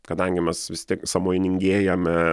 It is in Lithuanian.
kadangi mes vis tiek sąmoningėjame